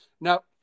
Now